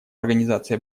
организации